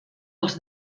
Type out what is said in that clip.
els